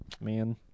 man